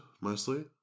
mostly